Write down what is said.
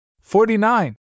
Forty-nine